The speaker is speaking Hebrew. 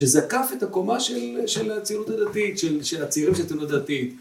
שזקף את הקומה של הציונות הדתית, של הצעירים של הציונות הדתית.